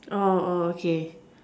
oh oh okay